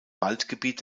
waldgebiet